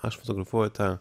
aš fotografuoju tą